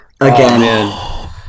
again